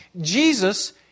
Jesus